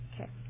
Okay